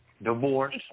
Divorce